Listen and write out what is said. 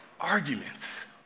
arguments